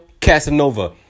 Casanova